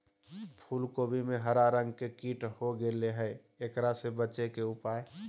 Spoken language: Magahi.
फूल कोबी में हरा रंग के कीट हो गेलै हैं, एकरा से बचे के उपाय?